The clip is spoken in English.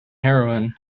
heroine